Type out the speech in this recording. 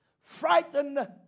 Frightened